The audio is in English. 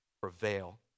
prevail